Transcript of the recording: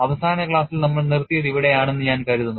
അവസാന ക്ലാസിൽ നമ്മൾ നിർത്തിയത് ഇവിടെയാണെന്ന് ഞാൻ കരുതുന്നു